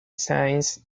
since